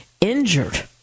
injured